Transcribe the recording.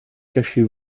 cachez